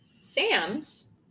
sam's